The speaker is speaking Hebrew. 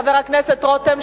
חבר הכנסת רותם,